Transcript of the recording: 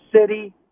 city